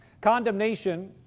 Condemnation